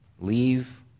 leave